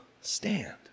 stand